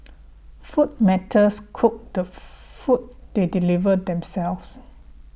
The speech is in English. food matters cook the food they deliver themselves